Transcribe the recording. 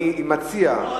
אני מציע,